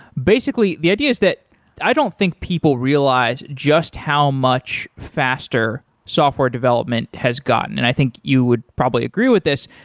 basically, the idea is that i don't think people realize just how much faster software development has gotten, and i think you would probably agree with this,